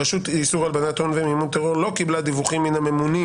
הרשות לאיסור הלבנת הון ומימון טרור לא קיבלה דיווחים מן הממונים